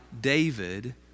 David